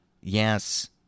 yes